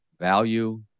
value